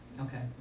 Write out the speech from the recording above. Okay